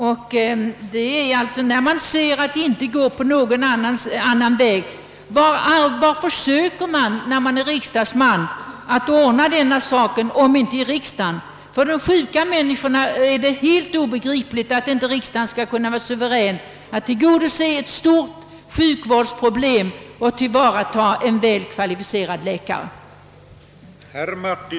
När man ser att det inte går att komma fram på någon annan väg, vad försöker man då göra som riksdagsman om inte ordna saken här i riksdagen? För de sjuka människorna är det obegripligt att inte riksdagen skulle vara suverän att tillgodose ett stort behov på sjukvårdens område och att ta vara på en väl kvalificerad läkares arbetskraft.